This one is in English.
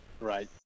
right